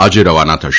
આજે રવાના થશે